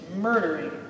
murdering